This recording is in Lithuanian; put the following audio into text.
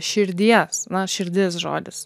širdies na širdis žodis